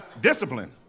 discipline